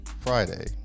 Friday